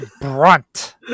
Brunt